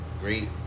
Great